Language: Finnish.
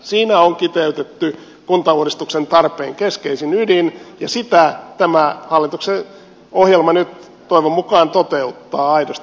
siinä on kiteytetty kuntauudistuksen tarpeen keskeisin ydin ja sitä tämä hallituksen ohjelma nyt toivon mukaan toteuttaa aidosti